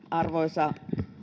arvoisa